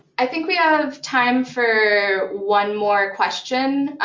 i think we ah have time for one more question.